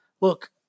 Look